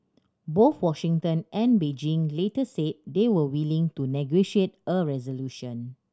both Washington and Beijing later said they were willing to negotiate a resolution